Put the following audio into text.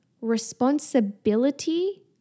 responsibility